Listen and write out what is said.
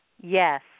Yes